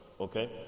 Okay